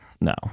no